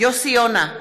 יוסי יונה,